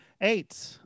Eight